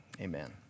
amen